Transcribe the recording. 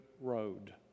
road